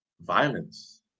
violence